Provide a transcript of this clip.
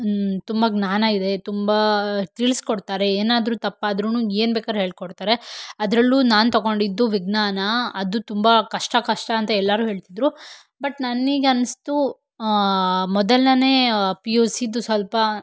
ತುಂಬ ಜ್ಞಾನ ಇದೆ ತುಂಬ ತಿಳ್ಸ್ಕೊಡ್ತಾರೆ ಏನಾದರೂ ತಪ್ಪಾದ್ರೂ ಏನ್ಬೇಕಾರು ಹೇಳಿಕೊಡ್ತಾರೆ ಅದರಲ್ಲೂ ನಾನು ತೊಗೊಂಡಿದ್ದು ವಿಜ್ಞಾನ ಅದು ತುಂಬ ಕಷ್ಟ ಕಷ್ಟ ಅಂತ ಎಲ್ಲರೂ ಹೇಳ್ತಿದ್ದರು ಬಟ್ ನನಗ್ ಅನಿಸ್ತು ಮೊದಲನೇ ಪಿ ಯು ಸಿದ್ದು ಸ್ವಲ್ಪ